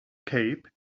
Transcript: cape